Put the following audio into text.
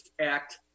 act